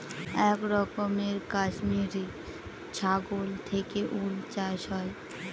এক রকমের কাশ্মিরী ছাগল থেকে উল চাষ হয়